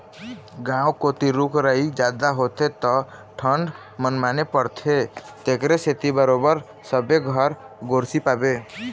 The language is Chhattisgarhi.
गाँव कोती रूख राई जादा होथे त ठंड मनमाने परथे तेखरे सेती बरोबर सबे घर गोरसी पाबे